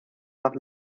nach